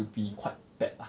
to be quite bad lah